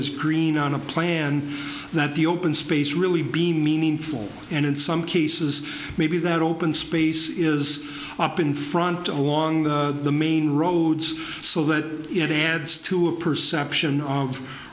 is green on a plan that the open space really be meaningful and in some cases maybe that open space is up in front of a long the main roads so that it adds to a perception of